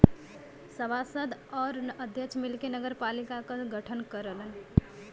सभासद आउर अध्यक्ष मिलके नगरपालिका क गठन करलन